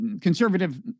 conservative